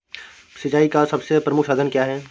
सिंचाई का सबसे प्रमुख साधन क्या है?